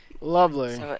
Lovely